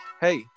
hey